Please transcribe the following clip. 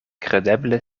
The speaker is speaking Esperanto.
kredeble